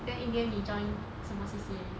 the in the end 你 join 什么 C_C_A